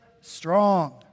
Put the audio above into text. strong